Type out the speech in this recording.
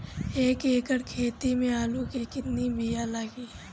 एक एकड़ खेती में आलू के कितनी विया लागी?